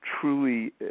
truly